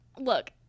look